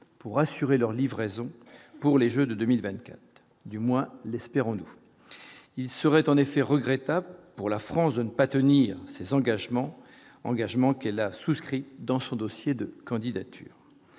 pour assurer leur livraison pour les Jeux de 2024, du moins l'espère en nous, il serait en effet regrettable pour la France de ne pas tenir ses engagements, engagements qu'elle a souscrits dans son dossier de candidature